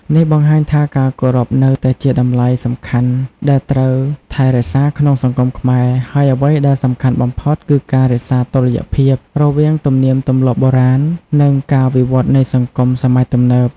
នេះបង្ហាញថា ការគោរពនៅតែជាតម្លៃសំខាន់ ដែលត្រូវថែរក្សាក្នុងសង្គមខ្មែរ ហើយអ្វីដែលសំខាន់បំផុត គឺការ រក្សាតុល្យភាព រវាងទំនៀមទម្លាប់បុរាណ និងការវិវឌ្ឍន៍នៃសង្គមសម័យទំនើប។